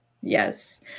Yes